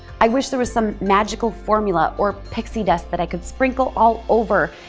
i wish there was some magical formula or pixie dust that i could sprinkle all over,